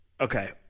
okay